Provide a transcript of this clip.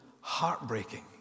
heartbreaking